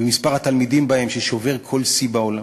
שמספר התלמידים בהן שובר כל שיא בעולם.